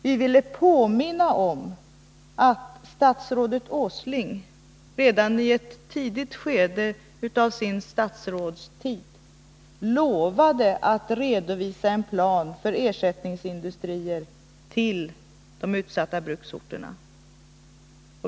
Vi ville påminna om att statsrådet Åsling redan i ett tidigt skede av sin statsrådstid lovade att redovisa en plan för ersättningsindustrier till de utsatta bruksorterna.